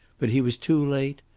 but he was too late.